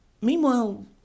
meanwhile